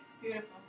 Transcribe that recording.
Beautiful